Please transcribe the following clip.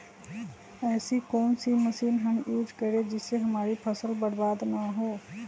ऐसी कौन सी मशीन हम यूज करें जिससे हमारी फसल बर्बाद ना हो?